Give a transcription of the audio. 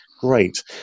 great